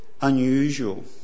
unusual